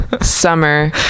summer